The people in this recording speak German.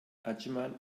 adschman